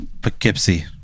Poughkeepsie